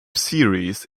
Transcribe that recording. series